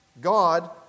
God